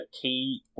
key